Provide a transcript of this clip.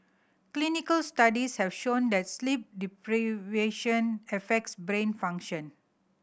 clinical studies have shown that sleep deprivation affects brain function